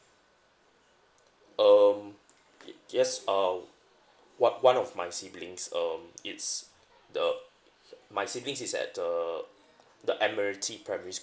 um y~ yes uh one one of my siblings um it's the my siblings is at the the admiralty primary school